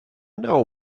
know